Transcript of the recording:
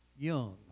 young